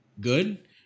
good